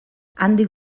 handik